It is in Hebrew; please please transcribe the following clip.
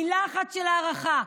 מילה אחת של הערכה.